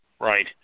right